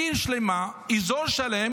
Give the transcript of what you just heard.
עיר שלמה, אזור שלם.